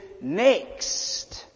next